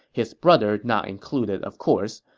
his brother not included of course,